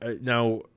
Now